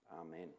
amen